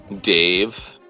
Dave